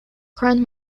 grand